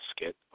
skit